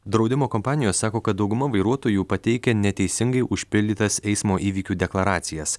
draudimo kompanijos sako kad dauguma vairuotojų pateikia neteisingai užpildytas eismo įvykių deklaracijas